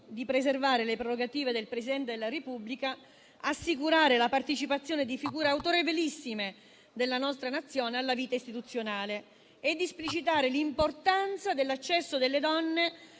di preservare le prerogative del Presidente della Repubblica, assicurare la partecipazione di figure autorevolissime della nostra Nazione alla vita istituzionale ed esplicitare l'importanza dell'accesso delle donne